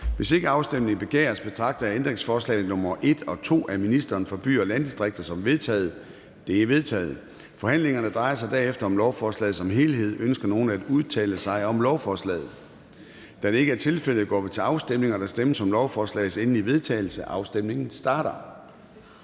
Hvis ikke afstemning begæres, betragter jeg ændringsforslag nr. 1 af ministeren for byer og landdistrikter som vedtaget. Det er vedtaget. Kl. 09:24 Forhandling Formanden (Søren Gade): Forhandlingen drejer sig derefter om lovforslaget som helhed. Ønsker nogen at udtale sig om lovforslaget? Da det ikke er tilfældet, går vi til afstemning. Kl. 09:24 Afstemning Formanden (Søren Gade): Der stemmes om lovforslagets endelige vedtagelse. Afstemningen starter.